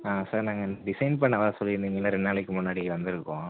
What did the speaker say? ஆ sir நாங்கள் design பண்ண வர சொல்லிருந்திங்களா ரெண்டு நாளைக்கு முன்னாடி வந்துருக்கோம்